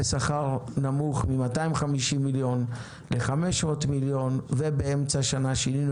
שכר נמוך מ-250 מיליון ל-500 מיליון ובאמצע שנה שינינו